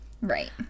Right